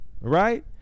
right